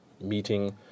meeting